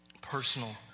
personal